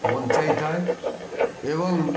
ବଞ୍ଚାଇଥାଏ ଏବଂ